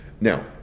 Now